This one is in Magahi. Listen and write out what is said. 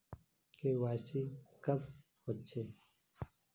के.वाई.सी कब होचे?